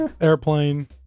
Airplane